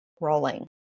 rolling